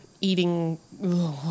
eating